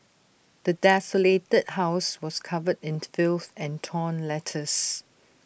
the desolated house was covered in filth and torn letters